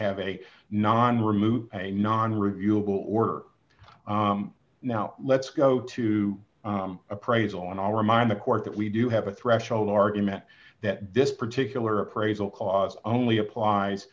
have a non remove a non reviewable order now let's go to appraisal and i'll remind the court that we do have a threshold argument that this particular appraisal clause only applies